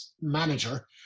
manager